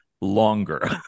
longer